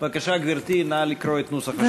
בבקשה, גברתי, נא לקרוא את נוסח השאילתה.